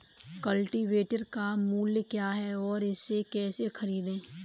Cultivator का मूल्य क्या है और इसे कैसे खरीदें?